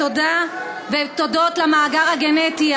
והודות למאגר הגנטי,